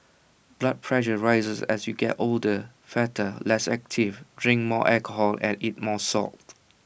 blood pressure rises as you get older fatter less active drink more alcohol and eat more salt